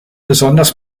besonders